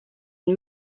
une